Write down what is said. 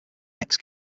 next